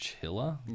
chiller